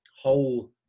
whole